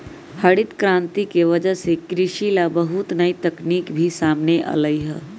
हरित करांति के वजह से कृषि ला बहुत नई तकनीक भी सामने अईलय है